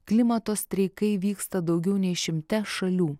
klimato streikai vyksta daugiau nei šimte šalių